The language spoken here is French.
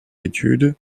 études